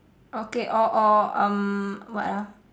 okay or or um what ah